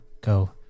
go